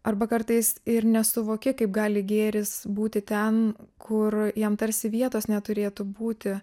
arba kartais ir nesuvoki kaip gali gėris būti ten kur jam tarsi vietos neturėtų būti